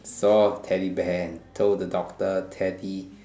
soft teddy bear and told the doctor Teddy